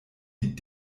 die